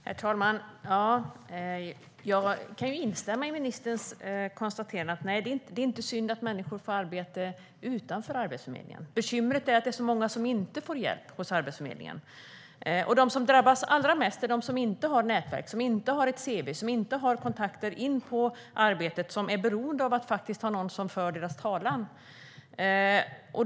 Herr talman! Jag kan instämma i ministerns konstaterande att det inte är synd att människor får arbete utanför Arbetsförmedlingen. Bekymret är att så många inte får hjälp hos Arbetsförmedlingen. De som drabbas allra mest är de som inte har nätverk, inte har ett cv, inte har kontakter in på arbetet utan är beroende av att ha någon som för deras talan.